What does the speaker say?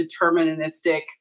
deterministic